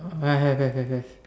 uh have have have have